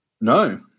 No